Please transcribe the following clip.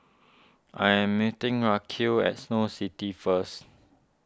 I am meeting Racquel at Snow City first